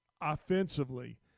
offensively